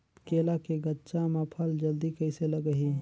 केला के गचा मां फल जल्दी कइसे लगही?